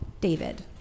David